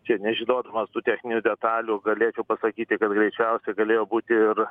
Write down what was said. čia nežinodamas tų techninių detalių galėčiau pasakyti kad greičiausiai galėjo būti ir